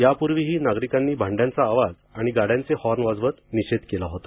यापूर्वीही नागरिकांनी भांड्यांचा आवाज आणि गाड्यांचे हॉर्न वाजवत निषेध केला होता